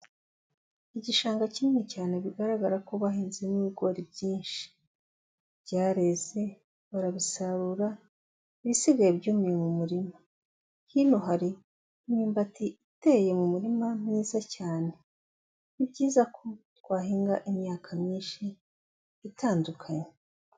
Igishanga kinini cyane bigaragara ko bahinzemo ibigori byinshi, byareze barabisarura ibisigaye byumiye mu murima, hino hari imyumbati iteye mu murima mwiza cyane, ni byiza ko twahinga imyaka myinshi itandukanye.